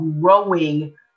growing